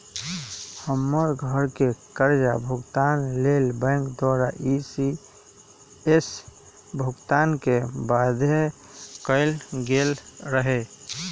हमर घरके करजा भूगतान के लेल बैंक द्वारा इ.सी.एस भुगतान के बाध्य कएल गेल रहै